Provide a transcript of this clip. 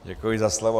Děkuji za slovo.